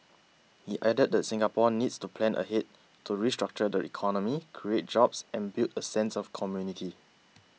he added that Singapore needs to plan ahead to restructure the economy create jobs and build a sense of community